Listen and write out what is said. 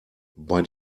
bei